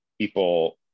people